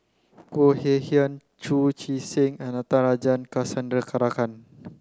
Khoo Kay Hian Chu Chee Seng and Natarajan Chandrasekaran